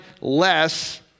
less